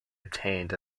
obtained